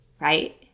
right